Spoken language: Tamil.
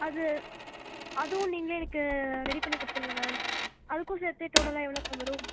அது அதுவும் நீங்களே எனக்கு ரெடி பண்ணி கொடுத்துருங்க மேம் அதுக்கும் சேர்த்து டோட்டலாக எவ்வளோ மேம் வரும்